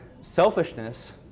selfishness